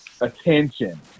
attention